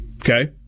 Okay